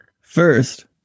first